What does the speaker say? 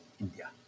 India